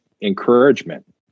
encouragement